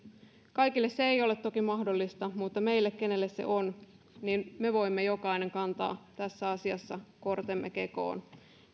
kaikille se ei ole toki mahdollista mutta me joille se on voimme jokainen kantaa tässä asiassa kortemme kekoon